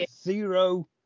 zero